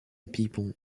people